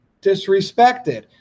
disrespected